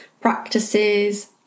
practices